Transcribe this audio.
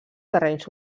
terrenys